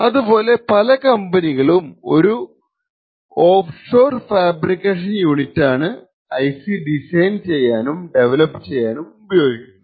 അതുപോലെ പല കമ്പനികളും ഒരു ഓഫ്ഷോർ ഫാബ്രിക്കേഷൻ യൂണിറ്റാണ് ആണ് IC ഡിസൈൻ ചെയ്യാനും ഡെവലപ്പ് ചെയ്യാനും ഉപയോഗിക്കുന്നത്